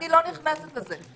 אני לא נכנסת לזה.